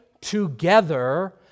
together